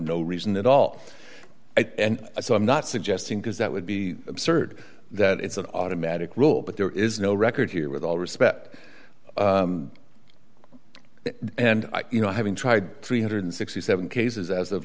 no reason at all and so i'm not suggesting because that would be absurd that it's an automatic rule but there is no record here with all respect and you know having tried three hundred and sixty seven cases as of